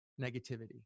negativity